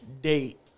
date